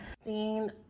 Seeing